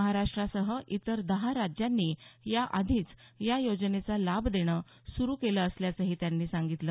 महाराष्ट्रासह इतर दहा राज्यांनी याआधीच या योजनेचा लाभ देणं सुरु केलं असल्याचंही त्यांनी सांगितलं